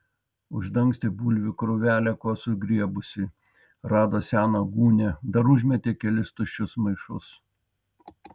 uždangstė bulvių krūvelę kuo sugriebusi rado seną gūnią dar užmetė kelis tuščius maišus